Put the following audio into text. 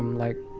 like